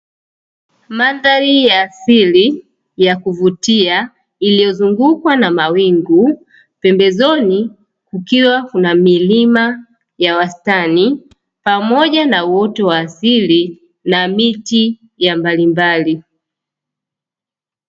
Mandhari ya asili ya kuvutia iliyozungukwa na mawingu, pembezoni kukiwa kuna milima ya wastani pamoja na uoto wa asili na miti ya mbalimbali.